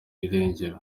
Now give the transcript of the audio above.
irengero